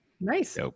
nice